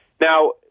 Now